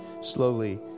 slowly